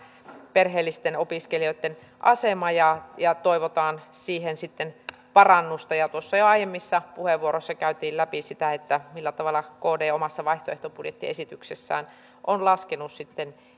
perheellisten opiskelijoitten asema ja ja toivotaan siihen parannusta ja tuossa jo aiemmissa puheenvuoroissa käytiin läpi sitä millä tavalla kd omassa vaihtoehtobudjettiesityksessään on laskenut sitten